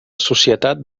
societat